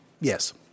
yes